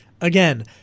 Again